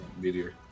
meteor